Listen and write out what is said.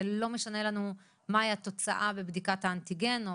ולא משנה לנו מהי התוצאה בבדיקת האנטיגן.